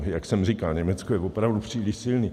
Jak jsem říkal, Německo je opravdu příliš silné.